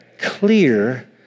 clear